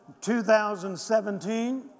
2017